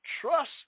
trust